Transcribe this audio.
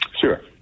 Sure